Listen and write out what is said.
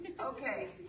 Okay